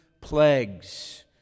plagues